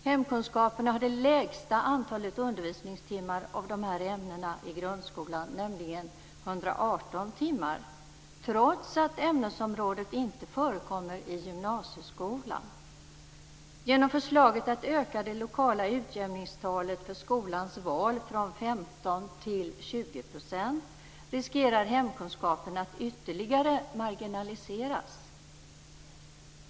Hemkunskapen har det lägsta antalet undervisningstimmar av de här ämnena i grundskolan, nämligen 118 timmar, trots att ämnesområdet inte förekommer i gymnasieskolan. Genom förslaget att öka det lokala utjämningstalet för skolans val från 15 % till 20 % riskerar hemkunskapen att ytterligare marginaliseras.